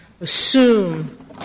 Assume